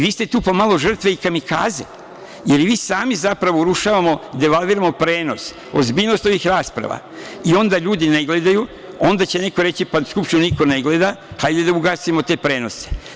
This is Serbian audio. Vi ste tu pomalo žrtve i kamikaze, jer i mi sami zapravo urušavamo, devalviramo prenos, ozbiljnost ovih rasprava i onda ljudi ne gledaju, onda će neko reći – pa, Skupštinu niko ne gleda, hajde da ugasimo te prenose.